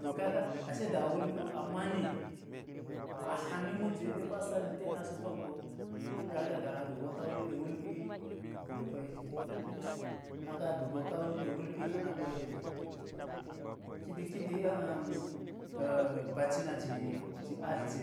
To ka ga ashe da wulpiwu amani ahane ma̱jewe ɗe sa lite asa̱ tlok go, kaga da aduk go ka wuli ɗe wulpi ba̱l koyekke kaga aduk go ka wuli ɗe wulpi hana ko yekke, kiɗi kiɗi bacinaji atlje